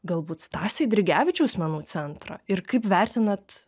galbūt stasio eidrigevičiaus menų centrą ir kaip vertinat